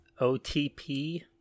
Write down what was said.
OTP